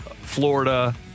Florida